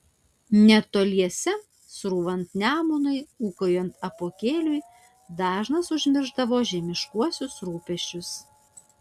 netoliese srūvant nemunui ūkaujant apuokėliui dažnas užmiršdavo žemiškuosius rūpesčius